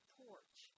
porch